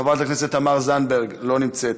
חברת הכנסת תמר זנדברג, לא נמצאת,